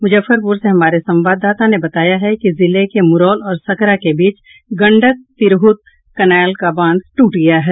मुजफ्फरपुर से हमारे संवाददाता ने बताया है कि जिले के मुरौल और सकरा के बीच गंडक तिरहुत कैनाल का बांध टूट गया है